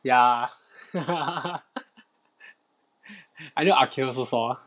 ya I know aqil also saw